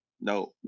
No